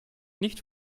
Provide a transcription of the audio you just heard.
nicht